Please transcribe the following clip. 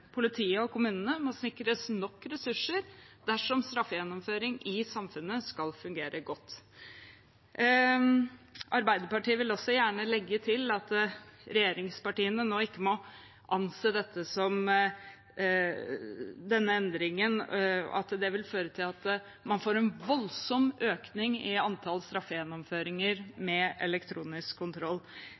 Politiet og kommunene må sikres nok ressurser dersom straffegjennomføring i samfunnet skal fungere godt. Arbeiderpartiet vil også gjerne legge til at regjeringspartiene nå ikke må anse denne endringen som at den fører til at man får en voldsom økning i antall straffegjennomføringer med elektronisk kontroll.